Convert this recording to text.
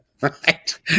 right